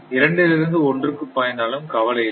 இரண்டிலிருந்து ஒன்றுக்கு பாய்ந்தாலும் கவலையில்லை